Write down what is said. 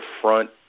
front